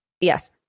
Yes